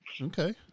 Okay